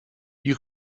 you